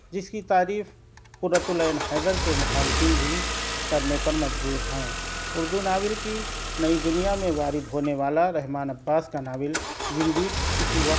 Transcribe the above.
جس کی تعریف قرۃ العین حیدر کے مخالفین بھی کرنے پر مجبور ہیں اردو ناول کی نئی دنیا میں وارد ہونے والا رحمٰن عباس ناول زندیق اس وقت